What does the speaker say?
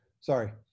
sorry